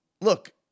look